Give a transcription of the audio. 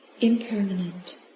impermanent